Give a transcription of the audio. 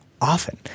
often